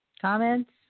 comments